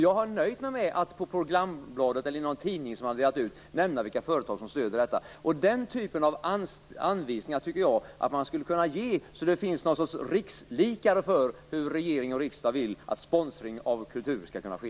Jag har nöjt mig med att i programbladet, eller den tidning som delats ut, nämna vilka företag som stöder evenemanget. Den typen av anvisningar borde man kunna ge så att det finns något slags rikslikare för hur regering och riksdag vill att sponsring av kultur skall ske.